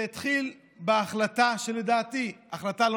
זה התחיל בהחלטה שלדעתי היא החלטה לא